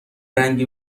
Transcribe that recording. رنگ